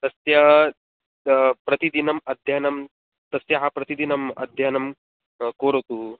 तस्य प्रतिदिनम् अध्ययनं तस्याः प्रतिदिनम् अध्यनं करोतु